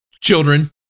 Children